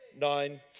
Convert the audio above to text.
nine